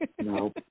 no